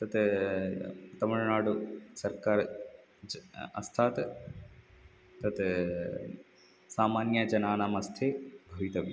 तत् तमिल्नाडु सर्वकारस्य हस्तात् तत् सामान्यजनानाम् हस्ते भवितव्यं